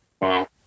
Wow